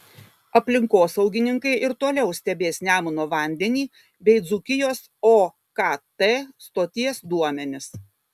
aplinkosaugininkai ir toliau stebės nemuno vandenį bei dzūkijos okt stoties duomenis